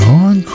on